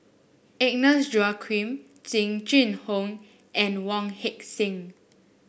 Agnes Joaquim Jing Jun Hong and Wong Heck Sing